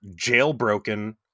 Jailbroken